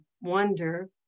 wonder